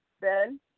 Ben